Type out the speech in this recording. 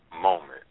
moment